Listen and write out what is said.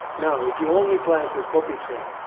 now, if you only plan to copy trade,